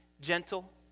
gentle